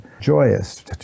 joyous